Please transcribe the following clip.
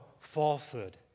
falsehood